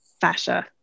fascia